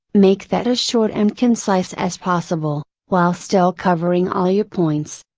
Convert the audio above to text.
make that as short and concise as possible, while still covering all your points.